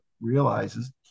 realizes